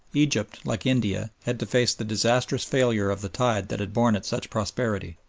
egypt, like india, had to face the disastrous failure of the tide that had borne it such prosperity.